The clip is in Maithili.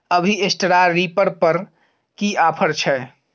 अभी स्ट्रॉ रीपर पर की ऑफर छै?